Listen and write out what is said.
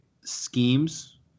schemes